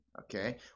Okay